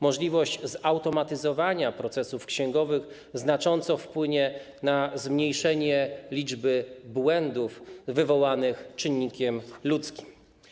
Możliwość zautomatyzowania procesów księgowych znacząco wpłynie na zmniejszenie liczby błędów wywołanych czynnikiem ludzkim.